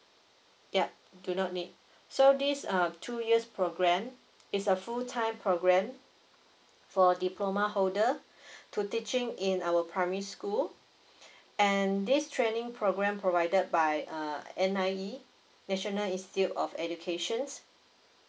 yup do not need so this err two years programme it's a full time programme for diploma holder to teaching in our primary school and this training programme provided by uh N_I_E national institute of educations